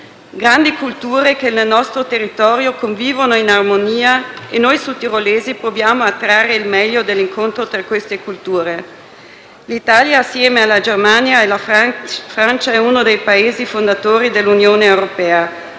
grandi culture che nel nostro territorio convivono in armonia e noi sudtirolesi proviamo a trarre il meglio dal loro incontro. L'Italia, assieme alla Germania e alla Francia, è uno dei Paesi fondatori dell'Unione europea;